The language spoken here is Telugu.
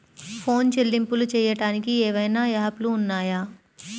ఫోన్ చెల్లింపులు చెయ్యటానికి ఏవైనా యాప్లు ఉన్నాయా?